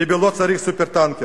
ביבי לא צריך "סופר-טנקר",